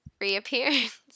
reappearance